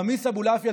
חמיס אבולעפיה,